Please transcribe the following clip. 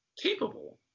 capable